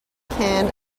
can